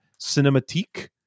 Cinematique